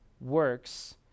works